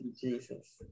Jesus